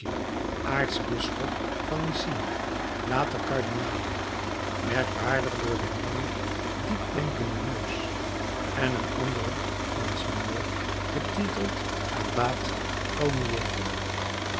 aartsbisschop van nisibi later kardinaal merkwaardig door zijn langen diepdenkenden neus en een anderen monsignor getiteld abbate